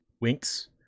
Winks